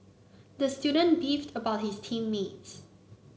the student beefed about his team mates